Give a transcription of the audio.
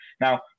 Now